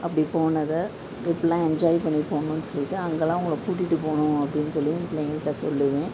அப்படி போனதை இப்படிலாம் என்ஜாய் பண்ணி போனோம்னு சொல்லிகிட்டு அங்கெல்லாம் உங்களை கூட்டிகிட்டு போகணும் அப்படின்னு சொல்லி என் பிள்ளைங்ககிட்ட சொல்லுவேன்